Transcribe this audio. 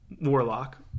warlock